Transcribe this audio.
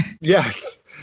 Yes